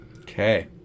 Okay